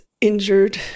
injured